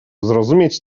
zrozumieć